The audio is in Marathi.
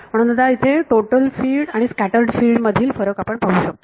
म्हणून आता इथे आपण टोटल फील्ड आणि स्कॅटर्ड फिल्ड मधील फरक पाहू शकतो